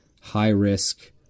high-risk